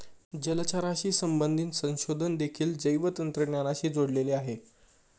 जलचराशी संबंधित संशोधन देखील जैवतंत्रज्ञानाशी जोडलेले आहे